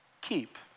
keep